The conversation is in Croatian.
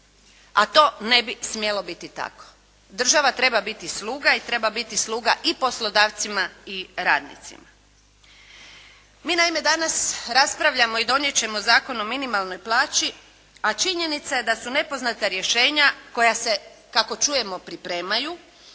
A to ne bi smjelo biti tako. Država treba biti sluga i treba biti sluga i poslodavcima i radnicima. Mi naime, danas raspravljamo i donijet ćemo Zakon o minimalnoj plaći, a činjenica je da su nepoznata rješenja koja se, kako čujemo pripremaju,